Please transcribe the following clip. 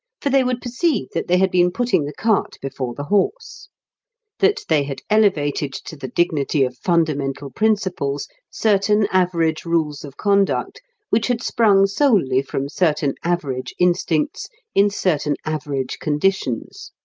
for they would perceive that they had been putting the cart before the horse that they had elevated to the dignity of fundamental principles certain average rules of conduct which had sprung solely from certain average instincts in certain average conditions,